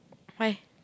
why